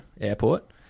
Airport